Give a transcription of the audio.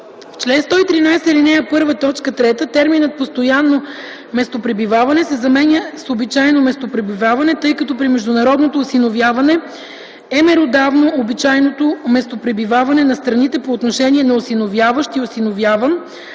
В чл. 113, ал. 1, т. 3 терминът „постоянно местопребиваване” се заменя с „обичайно местопребиваване”, тъй като при международно осиновяване е меродавно обичайното местопребиваване на страните по отношението на осиновяващ и осиновяван,